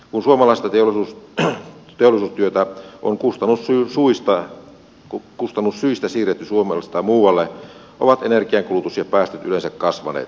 kun suomalaista teollisuustyötä on kustannussyistä siirretty suomesta muualle ovat energiankulutus ja päästöt yleensä kasvaneet